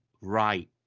right